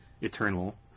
Eternal